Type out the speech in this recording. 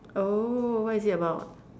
oh what is it about